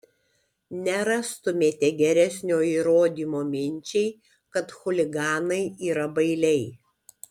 nerastumėte geresnio įrodymo minčiai kad chuliganai yra bailiai